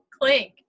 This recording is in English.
clink